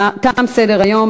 תם סדר-היום.